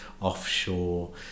offshore